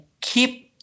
keep